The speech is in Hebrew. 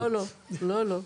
לא, לא.